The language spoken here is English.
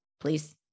Please